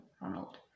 Ronald